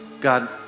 God